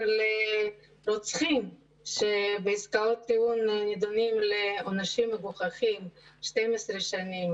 לרוצחים שבעסקאות טיעון נדונים לעונשים מגוחכים כמו 12 שנים,